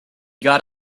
got